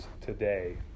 today